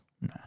no